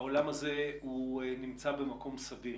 העולם הזה נמצא במקום סביר.